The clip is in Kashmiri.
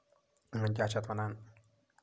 کیاہ چھِ اتھ وَنان